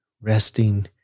Resting